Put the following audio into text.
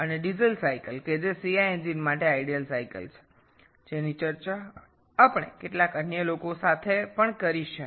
এবং ডিজেল চক্র যা সিআই ইঞ্জিনগুলির জন্য আদর্শ চক্র তাও আমরা এর সাথে আলোচনা করেছি